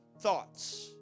thoughts